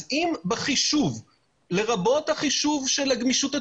אז אם בחישוב לרבות החישוב של הגמישות התפעולית,